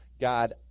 god